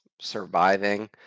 surviving